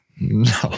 No